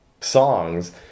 songs